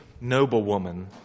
noblewoman